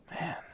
Man